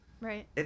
Right